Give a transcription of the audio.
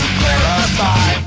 clarify